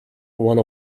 one